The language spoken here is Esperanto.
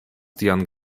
tian